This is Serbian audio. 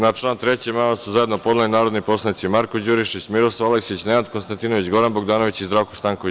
Na član 3. amandman su zajedno podneli narodni poslanici Marko Đurišić, Miroslav Aleksić, Nenad Konstantinović, Goran Bogdanović i Zdravko Stanković.